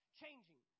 changing